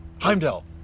Heimdall